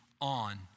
on